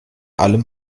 allem